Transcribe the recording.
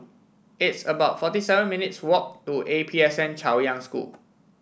it's about forty seven minutes' walk to A P S N Chaoyang School